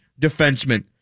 defenseman